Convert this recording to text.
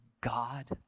God